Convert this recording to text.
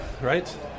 right